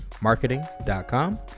marketing.com